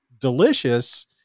delicious